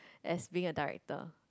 as being a director